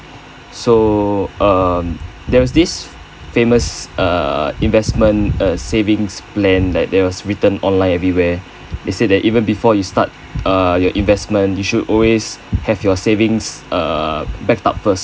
so uh there was these famous uh investment err savings plan that were written online everywhere it says that even before you start uh your investment you should always have your savings uh backed up first